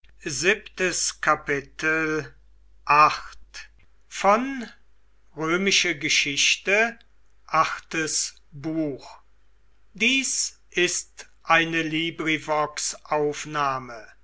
sind ist eine